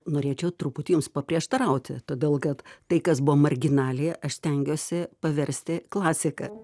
norėčiau truputį jums paprieštarauti todėl kad tai kas buvo marginalija aš stengiuosi paversti klasika